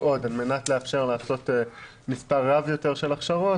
עוד על מנת לאפשר לעשות מספר רב יותר של הכשרות.